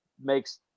makes